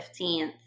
15th